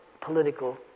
political